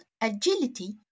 agility